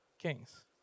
kings